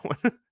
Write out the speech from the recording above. one